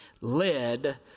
led